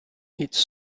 its